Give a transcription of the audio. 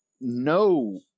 no